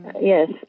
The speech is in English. Yes